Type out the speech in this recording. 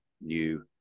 new